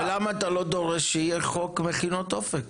ולמה אתה לא דורש שיהיה חוק מכינות אופק?